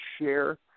share